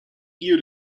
you